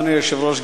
אדוני היושב-ראש,